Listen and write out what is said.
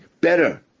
better